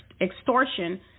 extortion